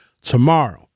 tomorrow